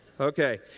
Okay